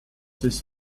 this